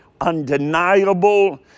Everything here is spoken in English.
undeniable